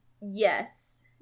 Yes